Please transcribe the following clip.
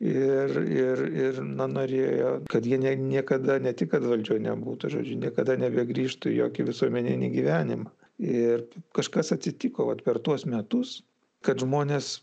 ir ir ir na norėjo kad jie nie niekada ne tik kad valdžioj nebūtų žodžiu niekada nebegrįžtų į jokį visuomeninį gyvenimą ir kažkas atsitiko vat per tuos metus kad žmonės